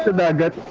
that but